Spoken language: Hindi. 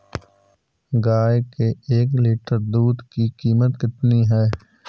गाय के एक लीटर दूध की कीमत कितनी है?